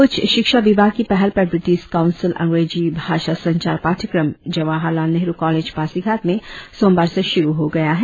उच्च शिक्षा विभाग की पहल पर ब्रीटिस काउंसिल अंग्रेजी भाषा संचार पाठ्यक्रम जवाहर लाल नेहरु कॉलेज पासीघाट में सोमवार से श्रु हो गया है